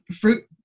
fruit